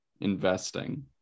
investing